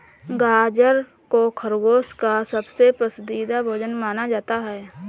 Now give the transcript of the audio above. गाजर को खरगोश का सबसे पसन्दीदा भोजन माना जाता है